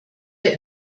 der